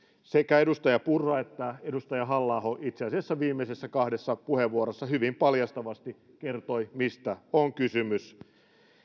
sekä edustaja purra että edustaja halla aho itse asiassa viimeisessä kahdessa puheenvuorossa hyvin paljastavasti kertoivat mistä on kysymys